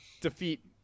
defeat